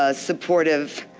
ah supportive,